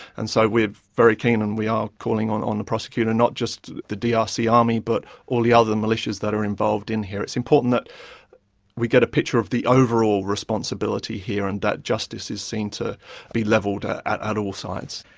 and so we're very keen and we are calling on on the prosecutor, not just the drc ah army, but all the other militias that are involved in here. it's important that we get a picture of the overall responsibility here and that justice is seen to be levelled ah at at all sides.